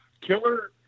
Killer